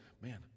man